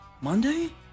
Monday